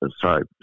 sorry